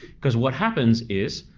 cause what happens is,